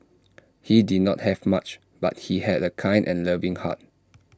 he did not have much but he had A kind and loving heart